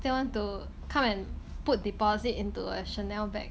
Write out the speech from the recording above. still want to come and put deposit into a Chanel bag